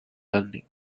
learning